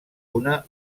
una